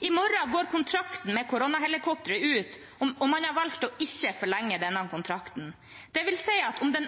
I morgen går kontrakten med koronahelikopteret ut, og man har valgt å ikke forlenge kontrakten. Det vil si at om det